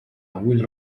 will